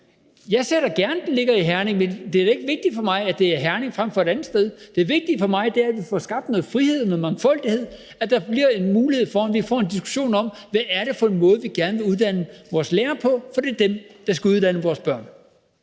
Jeg ser gerne, at den ligger i Herning, men det er da ikke vigtigt for mig, at det er Herning frem for et andet sted. Det vigtige for mig er, at vi får skabt noget frihed, noget mangfoldighed; at der bliver en mulighed for, at vi får en diskussion om, hvad det er for en måde, vi gerne vil uddanne vores lærere på, for det er dem, der skal uddanne vores børn.